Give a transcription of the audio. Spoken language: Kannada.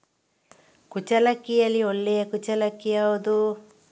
ಕುಚ್ಚಲಕ್ಕಿಯಲ್ಲಿ ಒಳ್ಳೆ ಕುಚ್ಚಲಕ್ಕಿ ಯಾವುದು?